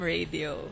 Radio